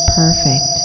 perfect